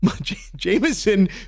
Jameson